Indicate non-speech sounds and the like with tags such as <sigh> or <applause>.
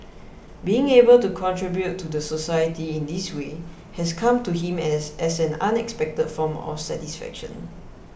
being able to contribute to the society in this way has come to him <hesitation> as an unexpected form of satisfaction